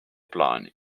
plaani